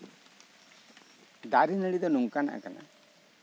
ᱫᱟᱨᱮ ᱱᱟᱹᱲᱤ ᱫᱚ ᱱᱚᱝᱠᱟᱱᱟᱜ ᱠᱟᱱᱟ